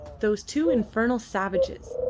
those two infernal savages,